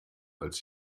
als